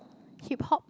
hip hop